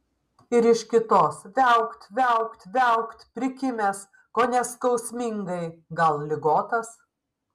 ir iš kitos viaukt viaukt viaukt prikimęs kone skausmingai gal ligotas